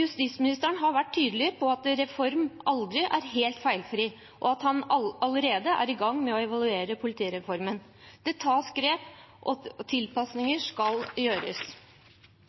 Justisministeren har vært tydelig på at en reform aldri er helt feilfri, og at han allerede er i gang med å evaluere politireformen. Det tas grep, og